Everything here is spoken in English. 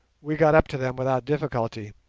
we got up to them without difficulty,